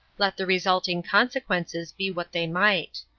let the resulting consequences be what they might.